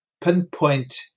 pinpoint